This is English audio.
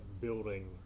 building